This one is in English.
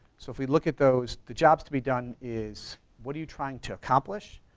so if we look at those, the jobs to be done is what are you trying to accomplish?